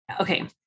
okay